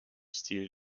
stil